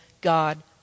God